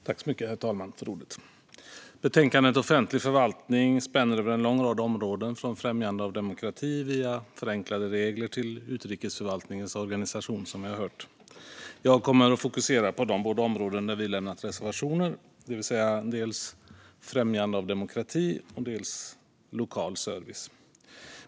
Herr talman! Betänkandet Offentlig förvaltning spänner över en lång rad områden, från främjande av demokrati via förenklade regler till utrikesförvaltningens organisation. Jag kommer att fokusera på de båda områden där vi lämnat reservationer, det vill säga dels främjande av demokrati, dels lokal service.